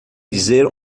dizer